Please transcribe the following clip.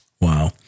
Wow